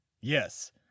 Yes